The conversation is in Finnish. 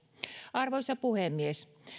arvoisa puhemies